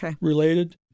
related